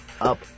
up